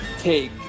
take